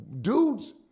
Dudes